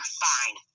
fine